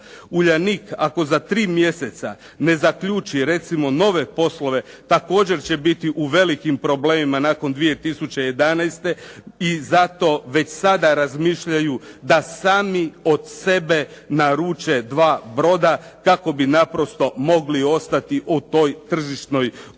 Uljanik, ako za 3 mjeseca ne zaključi recimo nove poslove također će biti u velikim problemima nakon 2011. i zato već sada razmišljaju da sami od sebe naruče dva broda, kako bi naprosto mogli ostati u toj tržišnoj utakmici.